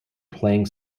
playing